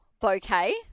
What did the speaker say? bouquet